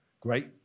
Great